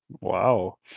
Wow